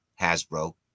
Hasbro